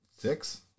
six